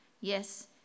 Yes